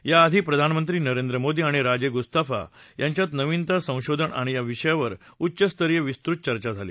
या आधी प्रधानमंत्री नरेंद्र मोदी आणि राजे गुस्ताफा यांच्यात नवीनता संशोधन या विषयावर उच्च स्तरीय विस्तृत चर्चा झाली